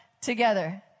together